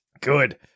Good